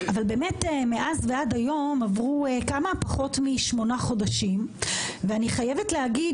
אבל מאז ועד היום עברו פחות משמונה חודשים ואני חייבת להגיד